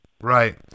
Right